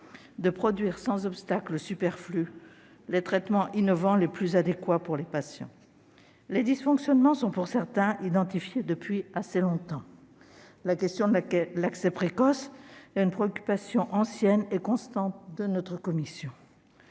de produire, sans obstacle superflu, les traitements innovants les plus adéquats pour les patients. Les dysfonctionnements sont, pour certains, identifiés depuis assez longtemps. La question de l'accès précoce est une préoccupation ancienne et constante de notre commission.